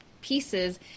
pieces